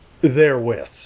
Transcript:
therewith